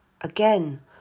Again